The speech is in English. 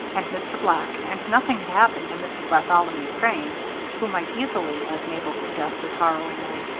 and mr. black, and nothing had happened to mrs. bartholomew crane who might easily, as mabel suggested harrowingly,